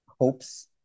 hopes